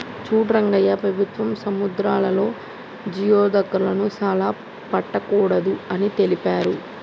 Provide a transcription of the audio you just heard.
సూడు రంగయ్య ప్రభుత్వం సముద్రాలలో జియోడక్లను సానా పట్టకూడదు అని తెలిపారు